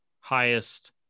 highest